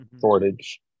shortage